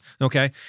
okay